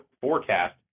forecast